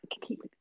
keep